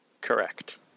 Correct